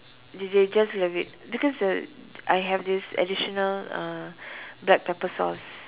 they they just love it because uh I have this additional uh black pepper sauce